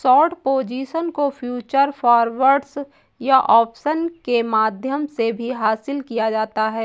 short position को futures, forwards या options के माध्यम से भी हासिल किया जाता है